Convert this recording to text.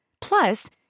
Plus